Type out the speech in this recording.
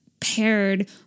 paired